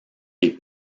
les